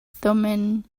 thummim